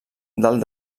dalt